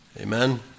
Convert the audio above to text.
Amen